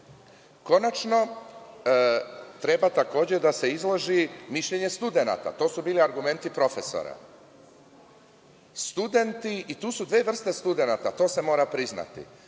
gradivo. Konačno, treba takođe da se izloži mišljenje studenata. To su bili argumenti profesora. Studenti, i to su dve vrste studenata, to se mora priznati,